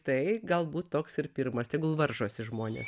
tai galbūt toks ir pirmas tegul varžosi žmonės